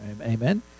amen